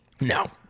No